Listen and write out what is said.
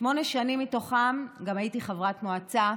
שמונה שנים מתוכן גם הייתי חברת מועצה,